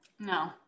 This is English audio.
No